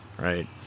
right